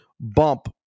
bump